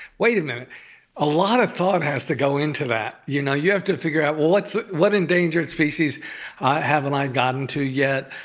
wait a minute. a lot of thought has to go into that. you know you have to figure out, well, what what endangered species haven't i gotten to yet.